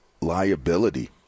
liability